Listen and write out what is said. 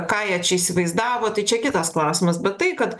ką jie čia įsivaizdavo tai čia kitas klausimas bet tai kad